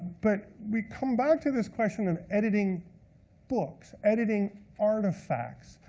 but we come back to this question of editing books, editing artifacts,